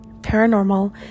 paranormal